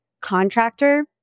contractor